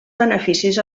beneficis